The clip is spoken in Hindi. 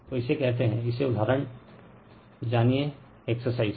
तो इसे कहते हैं इसे उदाहरण जानिए एक्सरसाइज